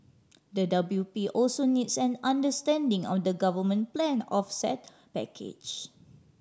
the W P also needs an understanding of the government planned offset package